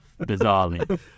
bizarrely